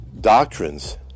doctrines